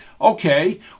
Okay